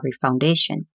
Foundation